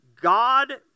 God